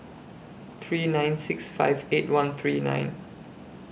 three nine six five eight one three nine